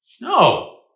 No